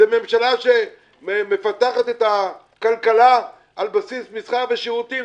זאת ממשלה שמפתחת את הכלכלה על בסיס מסחר ושירותים.